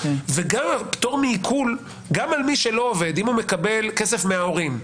וגם פטור מעיקול גם למי שלא עובד גם אם הוא מקבל כסף מההורים,